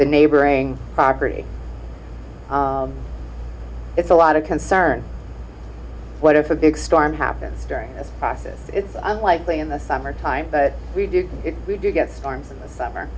the neighboring property it's a lot of concern what if a big storm happens during the process it's unlikely in the summertime but we do it we do get storms in the summer